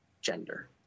gender